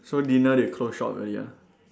so dinner they close shop already ah